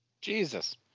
Jesus